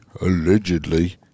allegedly